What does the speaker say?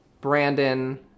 Brandon